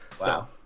Wow